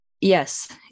Yes